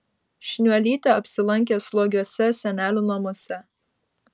šniuolytė apsilankė slogiuose senelių namuose